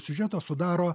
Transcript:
siužeto sudaro